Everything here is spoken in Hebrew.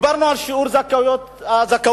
דיברנו על שיעור הזכאות לבגרות.